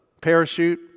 parachute